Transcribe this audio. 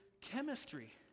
chemistry